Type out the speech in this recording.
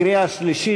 קריאה שלישית.